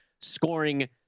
scoring